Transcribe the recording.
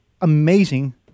amazing